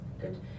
Good